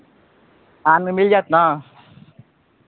अहाँ लगमे मिल जायत ने